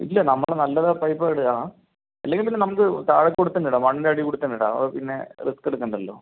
ഇല്ല നമ്മള് നല്ലത് പൈപ്പ് ഇടുവാണ് അല്ലെങ്കിൽ പിന്നെ നമുക്ക് താഴെ കൂടെ തന്നെ ഇടാം മണ്ണിൻ്റടീകൂടെ തന്നെയിടാം അപ്പോൾ പിന്നെ റിസ്ക് എടുക്കണ്ടല്ലോ